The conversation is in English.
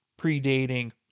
predating